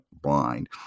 blind